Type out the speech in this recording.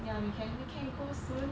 ya we can we can go soon